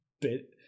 Bit